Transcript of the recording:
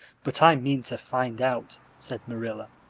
but i mean to find out, said marilla.